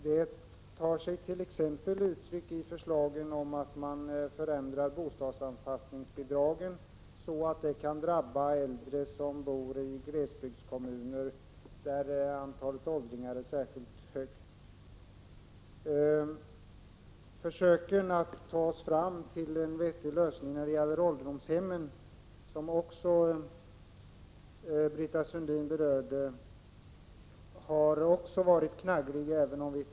Det tar sig t.ex. uttryck i förslagen om att förändra bostadsanpassningsbidraget så att det drabbar de äldre som bor i glesbygdskommuner där antalet åldringar är särskilt stort. Försöken att komma fram till en vettig lösning när det gäller ålderdomshemmen, som Britta Sundin också berörde, har varit knaggliga. Det är ett annat exempel.